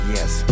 Yes